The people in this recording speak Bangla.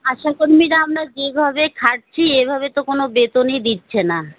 আশা কর্মীরা আমরা যেভাবে খাটছি এভাবে তো কোনো বেতনই দিচ্ছে না